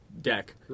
deck